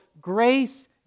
grace